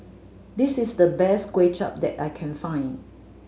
this is the best Kway Chap that I can find